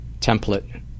template